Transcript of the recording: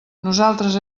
nosaltres